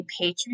Patreon